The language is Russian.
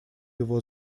его